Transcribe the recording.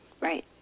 right